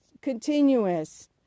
continuous